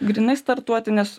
grynai startuoti nes